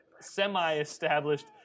semi-established